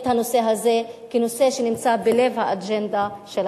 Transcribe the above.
את הנושא הזה כנושא שנמצא בלב האג'נדה של הכנסת.